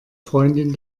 freundin